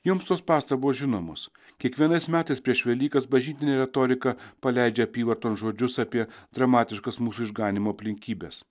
jums tos pastabos žinomos kiekvienais metais prieš velykas bažnytinė retorika paleidžia apyvarton žodžius apie dramatiškas mūsų išganymo aplinkybes